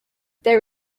there